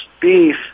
beef